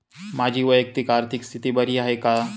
माझी वैयक्तिक आर्थिक स्थिती बरी आहे का?